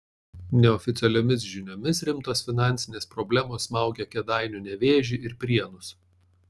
neoficialiomis žiniomis rimtos finansinės problemos smaugia kėdainių nevėžį ir prienus